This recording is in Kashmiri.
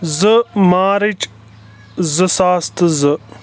زٕ مارٕچ زٕ ساس تہٕ زٕ